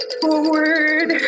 forward